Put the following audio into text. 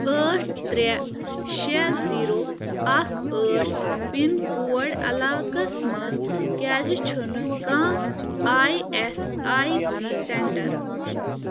ٲٹھ ترٛےٚ شےٚ زیٖرو اَکھ ٲٹھ پِن کوڈ علاقس مَنٛز کیٛازِ چھُنہٕ کانٛہہ I S I C centre